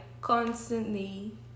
constantly